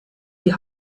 die